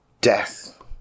death